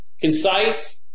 concise